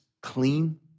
clean